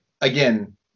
again